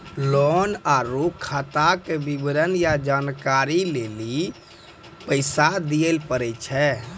Loan आर खाताक विवरण या जानकारी लेबाक लेल पाय दिये पड़ै छै?